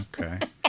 Okay